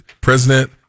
President